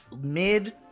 mid